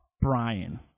brian